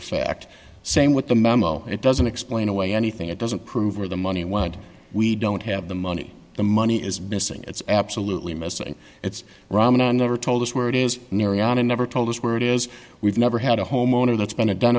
fact same with the memo it doesn't explain away anything it doesn't prove where the money went we don't have the money the money is missing it's absolutely missing it's ramadan never told us where it is near iana never told us where it is we've never had a homeowner that's been a done